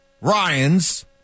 Ryan's